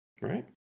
Right